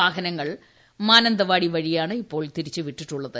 വാഹനങ്ങൾ മാനന്തവാടി വഴിയാണ് ഇപ്പോൾ തിരിച്ച് വിട്ടിട്ടുള്ളത്